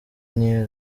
niyo